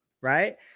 right